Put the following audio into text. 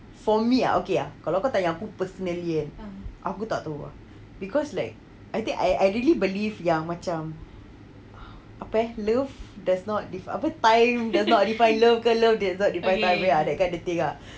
for me ah okay ah kalau kau tanya aku persendirian aku tak tahu ah because like I think I I really believe yang macam apa ya love does not def~ apa ya time does not define love ke love does not define time ada kat that thing ah